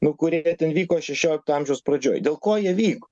nu kurie ten vyko šešiolikto amžiaus pradžioj dėl ko jie vyko